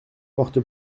porte